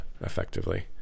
effectively